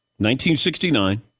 1969